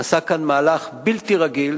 נעשה כאן מהלך בלתי רגיל